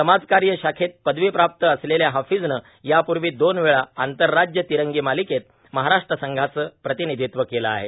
समाजकार्य शाखेत पदवीप्राप्त असलेल्या हाफिजने यापूर्वी दोन वेळा आंतरराज्य तिरंगी मालिकेत महाराष्ट्र संघाचं प्रतिनिधित्व केलं आहे